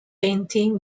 paintings